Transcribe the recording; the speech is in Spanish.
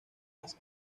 las